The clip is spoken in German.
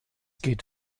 geht